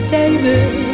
David